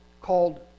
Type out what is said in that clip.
called